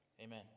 Amen